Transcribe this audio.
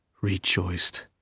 rejoiced